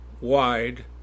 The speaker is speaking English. wide